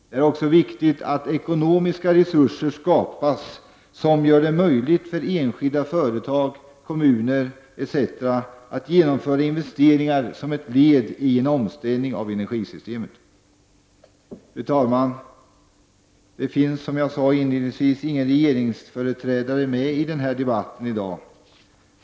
Det är också viktigt att ekonomiska resurser skapas som gör det möjligt för enskilda företag, kommuner etc. att genomföra investeringar som ett led i en omställning av energisystemet. Fru talman! Det finns, som jag sade inledningsvis, ingen regeringsföreträdare med i debatten i dag.